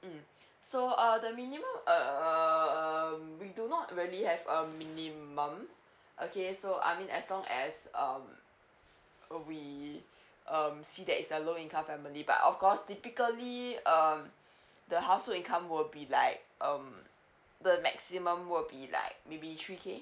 mm so uh the minimum um we do not really have a minimum okay so I mean as long as um we um see that is a low income family but of course typically um the household income will be like um the maximum will be like maybe three K